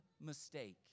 mistake